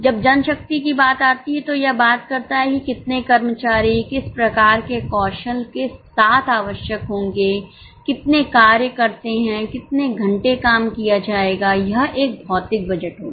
जबजनशक्ति की बात आती है तो यह बात करता है कि कितनेकर्मचारी किस प्रकार के कौशलके साथ आवश्यक होंगे कितने कार्य करते हैं कितने घंटे काम किया जाएगा यह एक भौतिक बजट होगा